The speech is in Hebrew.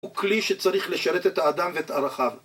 הוא כלי שצריך לשרת את האדם ואת ערכיו